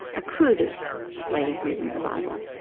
a cruder way of reading the bible